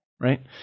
Right